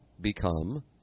become